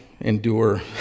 endure